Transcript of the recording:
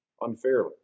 unfairly